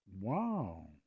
Wow